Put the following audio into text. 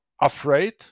afraid